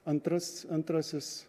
antras antrasis